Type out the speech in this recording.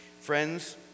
Friends